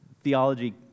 theology